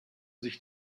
sich